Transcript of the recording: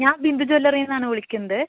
ഞാൻ ബിന്ദു ജ്വല്ലറീന്നാണ് വിളിക്കുന്നത്